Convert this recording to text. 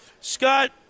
Scott